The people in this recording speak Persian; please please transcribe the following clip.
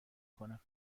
کنم